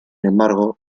embargo